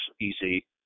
easy